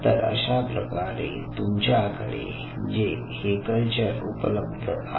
तर अशाप्रकारे तुमच्याकडे हे कल्चर उपलब्ध आहे